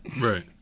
Right